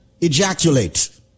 ejaculate